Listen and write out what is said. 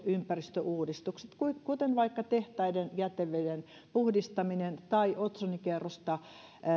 ympäristöuudistuksia kuten vaikka tehtaiden jäteveden puhdistaminen tai otsonikerrosta